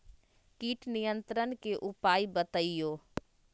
किट नियंत्रण के उपाय बतइयो?